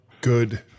good